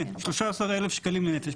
כן, 13,000 שקלים לנפש.